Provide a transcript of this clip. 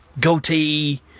goatee